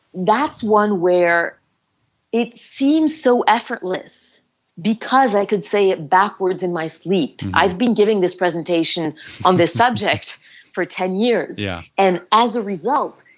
that's one where it seems so effortless because i could say it backwards in my sleep i've been giving this presentation on this subject for ten years. yeah and as a result,